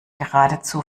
geradezu